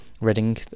Reading